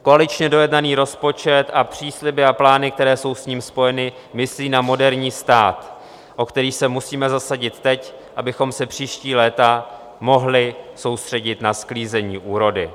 Koaličně dojednaný rozpočet a přísliby a plány, které jsou s ním spojeny, myslí na moderní stát, o který se musíme zasadit teď, abychom se příští léta mohli soustředit na sklízení úrody.